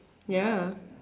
ya